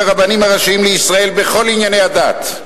הרבנים הראשיים לישראל בכל ענייני הדת.